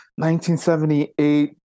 1978